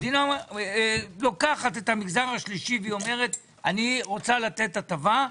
המדינה לוקחת את המגזר השלישי ואומרת שהיא רוצה לתת הטבה,